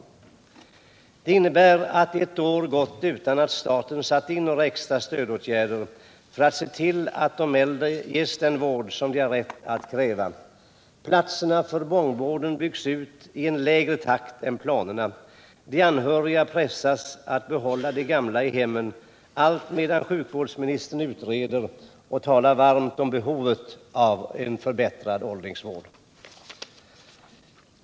Detta innebär att ett år har gått utan att staten satt in några extra stödåtgärder för att se till att de äldre ges den vård som de har rätt att kräva. Planerna för långtidsvården byggs ut i en lägre takt än vad som planerats. De anhöriga pressas att behålla de gamla i hemmen, allt medan sjukvårdsministern utreder och talar varmt om behovet av en förbättring av åldringsvården.